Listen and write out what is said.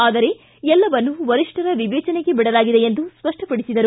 ಆದರೆ ಎಲ್ಲವನ್ನು ವರಿಷ್ಠರ ವಿವೇಚನೆಗೆ ಬಿಡಲಾಗಿದೆ ಎಂದು ಸ್ಪಷ್ಟಪಡಿಸಿದರು